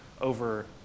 over